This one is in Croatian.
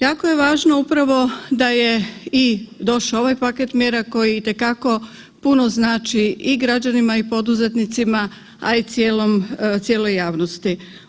Jako je važno upravo da je došao i ovaj paket mjera koji itekako puno znači i građanima i poduzetnicima, a i cijeloj javnosti.